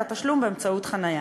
זה התשלום באמצעות דמי חניה.